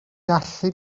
gallu